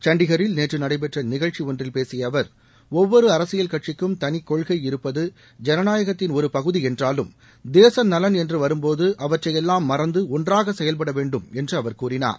சண்டிகரில் நேற்று நடைபெற்ற நிகழ்ச்சி ஒன்றில் பேசிய அவர் ஒவ்வொரு அரசியல் கட்சிக்கும் தளிகொள்கை இருப்பது ஜனநாயகத்தின் ஒரு பகுதி என்றாலும் தேசநலன் என்று வரும்போது அவற்றையெல்லாம் மறந்து ஒன்றாக செயல்பட வேண்டும் என்று அவர் கூறினார்